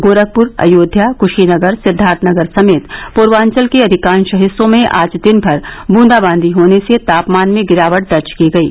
गोरखपुर अयोध्या कुशीनगर सिद्वार्थनगर समेत पूर्वांचल के अधिकांश हिस्सों में आज दिन भर बूंदाबांदी होने से तापमान में गिरावट दर्ज की गयी